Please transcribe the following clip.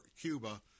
Cuba